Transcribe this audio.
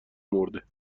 مرده